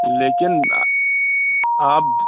لیکن آپ